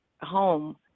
home